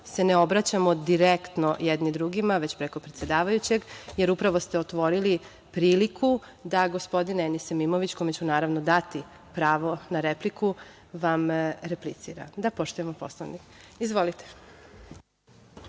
se ne obraćamo direktno jedni drugima, već preko predsedavajućeg, jer upravo ste otvorili priliku da gospodin Enis Imamović, kome ću, naravno, dati pravo na repliku, vam replicira, da poštujemo Poslovnik. Izvolite.